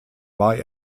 war